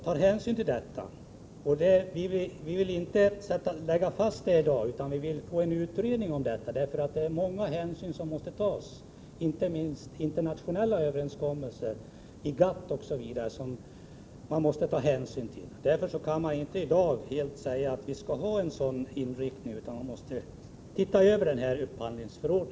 Dessförinnan vill vi inte framlägga något förslag i den riktningen, därför att vi vet att en mängd hänsyn måste tas, inte minst till internationella organ som GATT och andra.